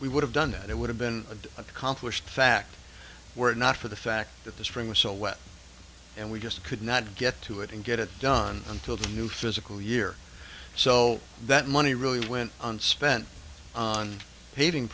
we would have done that it would have been an accomplished fact were it not for the fact that the spring was so wet and we just could not get to it and get it done until the new physical year so that money really went on spent on paving